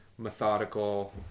methodical